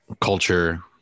culture